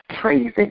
praising